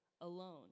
alone